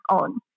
own